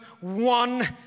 one